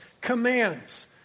commands